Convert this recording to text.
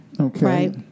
Okay